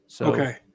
Okay